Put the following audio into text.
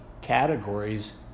categories